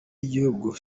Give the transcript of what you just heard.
y’igihugu